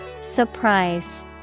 Surprise